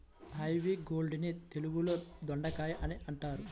ivy gourd ని తెలుగులో దొండకాయ అని అంటారు